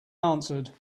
answered